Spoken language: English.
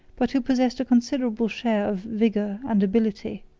but who possessed a considerable share of vigor and ability.